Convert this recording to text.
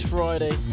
Friday